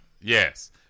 Yes